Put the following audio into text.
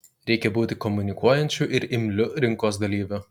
reikia būti komunikuojančiu ir imliu rinkos dalyviu